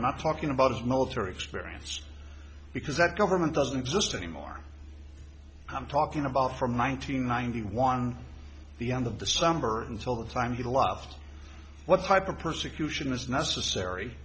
not talking about his military experience because that government doesn't exist anymore i'm talking about from one nine hundred ninety one the end of the summer until the time he lived what type of persecution is necessary